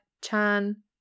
Chan